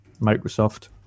Microsoft